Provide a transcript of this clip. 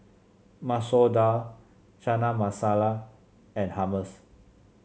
Masoor Dal Chana Masala and Hummus